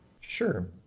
Sure